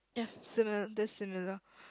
yes similar that's similar